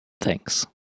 Thanks